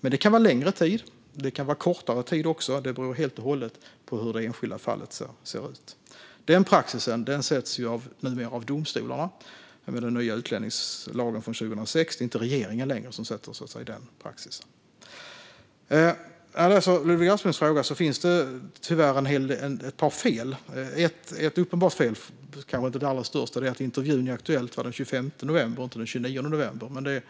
men det kan vara längre eller kortare tid - det beror helt och hållet på hur det enskilda fallet ser ut. Denna praxis sätts numera av domstolarna i och med den nya utlänningslagen från 2006. Det är inte längre regeringen som sätter denna praxis. I Ludvig Asplings interpellation finns det tyvärr ett par fel. Ett uppenbart fel, men inte det allra största, är att intervjun i Aktuellt var den 25 november och inte den 29 november.